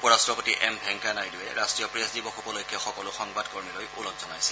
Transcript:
উপ ৰাট্টপতি এম ভেংকায়া নাইডুৱে ৰাট্টীয় প্ৰেছ দিৱস উপলক্ষে সকলো সংবাদ কৰ্মীলৈ ওলগ জনাইছে